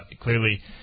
clearly